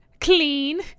clean